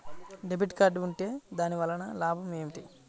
Debit card ఉంటే దాని వలన లాభం ఏమిటీ?